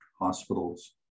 hospitals